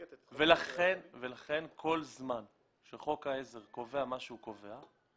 לכן כל זמן שחוק העזר קובע מה שהוא קובע,